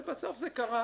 ובסוף זה קרה,